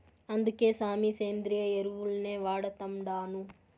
అందుకే సామీ, సేంద్రియ ఎరువుల్నే వాడతండాను